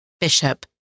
Bishop